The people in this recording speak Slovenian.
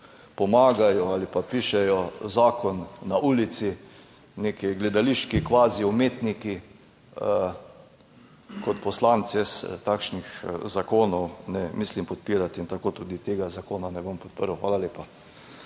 (nadaljevanje) pišejo zakon na ulici neki gledališki kvazi umetniki. Kot poslanec jaz takšnih zakonov ne mislim podpirati in tako tudi tega zakona ne bom podprl. Hvala lepa.